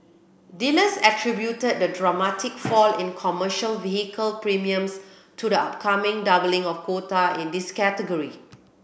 dealers attributed the dramatic fall in commercial vehicle premiums to the upcoming doubling of quota in this category